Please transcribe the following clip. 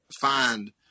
find